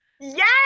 Yes